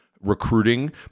recruiting